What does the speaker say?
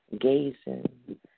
gazing